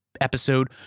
episode